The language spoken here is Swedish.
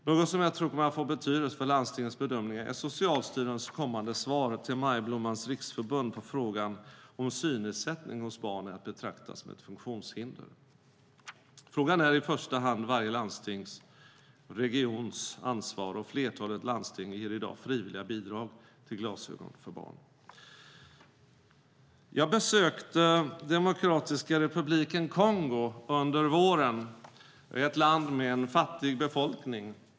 Något som jag tror kommer att få betydelse för landstingens bedömningar är Socialstyrelsens kommande svar till Majblommans riksförbund på frågan om synnedsättning hos barn är att betrakta som ett funktionshinder. Frågan är i första hand varje landstings och regions ansvar och flertalet landsting ger i dag frivilliga bidrag till glasögon för barn. Jag besökte Demokratiska Republiken Kongo under våren - ett land med en fattig befolkning.